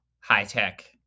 high-tech